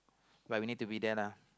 like we need to be then ah